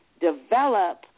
develop